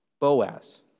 Boaz